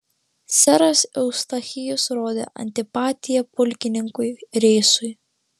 seras eustachijus rodė antipatiją pulkininkui reisui